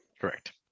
Correct